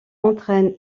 entraîne